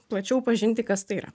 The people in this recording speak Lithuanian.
plačiau pažinti kas tai yra